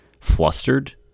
flustered